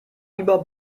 über